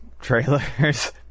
trailers